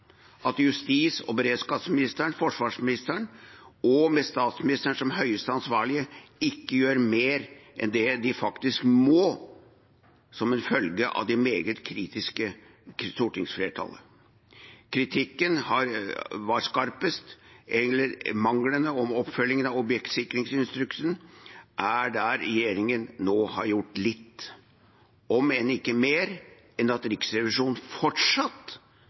at justis- og beredskapsministeren og forsvarsministeren, med statsministeren som høyeste ansvarlig, ikke gjør mer enn det de faktisk må som en følge av det meget kritiske stortingsflertallet. Kritikken var skarpest mot manglende oppfølging av objektsikringsinstruksen. Det er der regjeringen har gjort litt, om enn ikke mer enn at Riksrevisjonen fortsatt